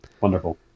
wonderful